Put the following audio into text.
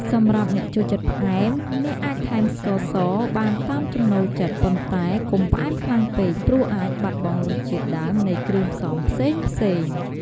សម្រាប់អ្នកចូលចិត្តផ្អែម អ្នកអាចថែមស្ករសបានតាមចំណូលចិត្ត ប៉ុន្តែកុំផ្អែមខ្លាំងពេក ព្រោះអាចបាត់បង់រសជាតិដើមនៃគ្រឿងផ្សំផ្សេងៗ។